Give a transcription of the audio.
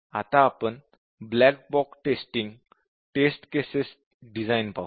आता आपण black box testing test cases design पाहू